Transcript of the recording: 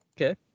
okay